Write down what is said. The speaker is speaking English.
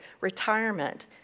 retirement